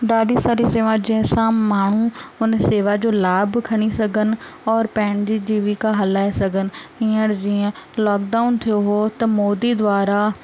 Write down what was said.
ॾाढी सारी सेवा जंहिं सां माण्हू हुन सेवा जो लाभ खणी सघनि और पंहिंजी जीविका हलाए सघनि हींअर जीअं लॉकडाउन थियो हुओ त मोदी द्वारा